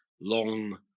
long